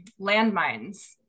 landmines